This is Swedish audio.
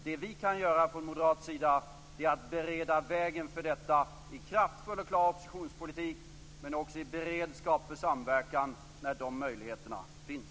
Det vi kan göra från moderat sida är att bereda vägen för detta i kraftfull och klar oppositionspolitik, men också i beredskap för samverkan när de möjligheterna finns.